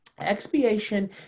Expiation